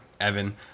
Evan